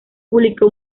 publicó